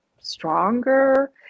stronger